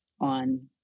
on